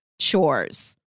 chores